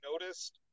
noticed